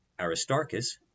Aristarchus